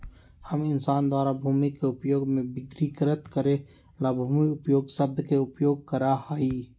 हम इंसान द्वारा भूमि उपयोग के वर्गीकृत करे ला भूमि उपयोग शब्द के उपयोग करा हई